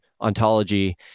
ontology